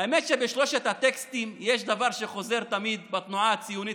האמת היא שבשלושת הטקסטים יש דבר שחוזר תמיד בתנועה הציונית,